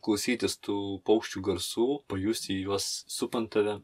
klausytis tų paukščių garsų pajusti juos supant tave